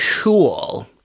Cool